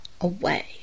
away